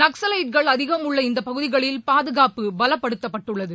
நக்ஸலைட்கள் அதிகம் உள்ள இந்த பகுதிகளில் பாதுகாப்பு பலப்படுத்தப்பட்டுள்ளது